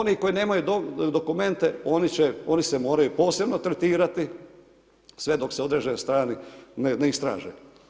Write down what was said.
Oni koji nemaju dokumente, oni se moraju posebno tretirati, sve dok se određene strane ne istraže.